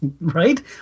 right